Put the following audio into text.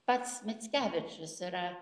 pats mickevičius yra